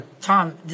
Tom